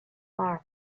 mars